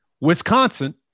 Wisconsin